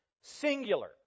singular